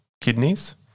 kidneys